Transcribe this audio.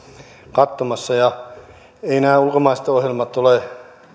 katsomassa ja eivät nämä ulkomaiset ohjelmat ole